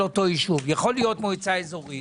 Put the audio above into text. יכולה להיות מועצה אזורית